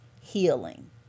healing